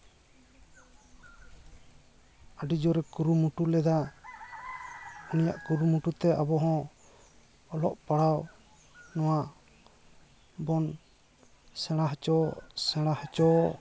ᱟᱹᱰᱤ ᱡᱳᱨᱮ ᱠᱩᱨᱩᱢᱩᱴᱩ ᱞᱮᱫᱟ ᱩᱱᱤᱭᱟᱜ ᱠᱩᱨᱩᱢᱩᱴᱩ ᱛᱮ ᱟᱵᱚ ᱦᱚᱸ ᱚᱞᱚᱜ ᱯᱟᱲᱦᱟᱣ ᱱᱚᱣᱟ ᱵᱚᱱ ᱥᱮᱬᱟ ᱦᱚᱪᱚ ᱥᱮᱬᱟ ᱦᱚᱪᱚ